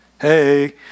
Hey